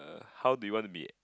how do you want to be